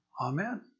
Amen